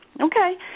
Okay